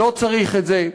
לא צריך את זה.